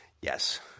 Yes